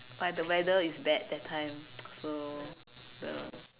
but the weather is bad that time so the